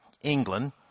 England